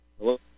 Hello